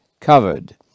covered